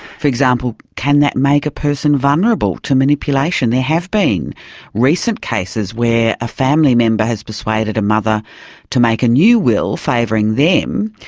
for example, can that make a person vulnerable to manipulation? there have been recent cases where a family member has persuaded a mother to make a new will favouring them,